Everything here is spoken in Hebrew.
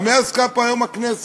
במה עסקה פה היום הכנסת,